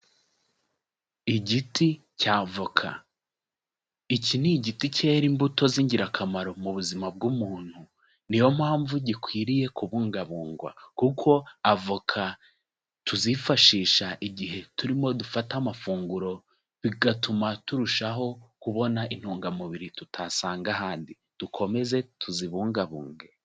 Igiti cya avoka. Iki ni igiti cyera imbuto z'ingirakamaro mu buzima bw'umuntu, ni yo mpamvu gikwiriye kubungabungwa, kuko avoka tuzifashisha igihe turimo dufata amafunguro, bigatuma turushaho kubona intungamubiri tutasanga ahandi, dukomeze tuzibungabunge.